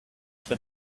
where